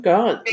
God